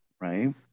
right